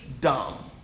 dumb